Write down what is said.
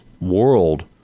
world